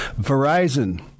Verizon